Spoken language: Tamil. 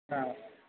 ஆ